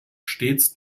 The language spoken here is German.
stets